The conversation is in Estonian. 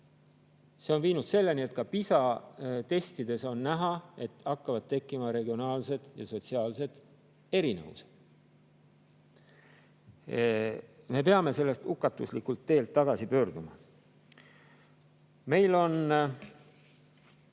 on viinud selleni, et ka PISA-testides on näha, et hakkavad tekkima regionaalsed ja sotsiaalsed erinevused. Me peame sellelt hukatuslikult teelt tagasi pöörduma. Meil on